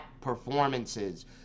performances